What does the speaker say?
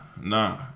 nah